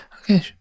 okay